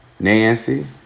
Nancy